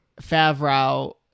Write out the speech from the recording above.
Favreau